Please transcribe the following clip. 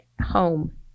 home